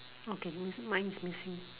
okay missing mine is missing